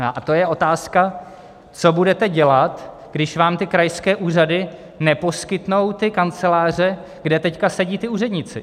A to je otázka, co budete dělat, když vám ty krajské úřady neposkytnou ty kanceláře, kde teď sedí ti úředníci.